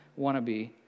wannabe